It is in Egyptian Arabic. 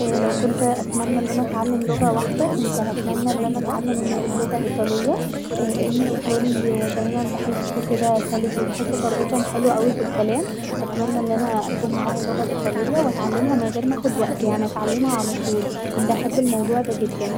لو كنت اتمني ان انا اتعلم لغه واحده كنت هتمني أن انا اتعلم اللغه الايطاليه لأن الايطالي دايما بحسه سلس وبحس طريقتهم حلوه في الكلام ف اتمني ان انا يكون معايا اللغه الايطاليه واتعلمها من غير ما اخد وقت اتعلمها علي طول كنت هحب الموضوع ده جدا